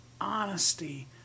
honesty